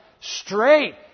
straight